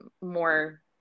more